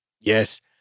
Yes